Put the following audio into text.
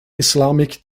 islamic